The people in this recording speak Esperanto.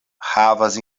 havas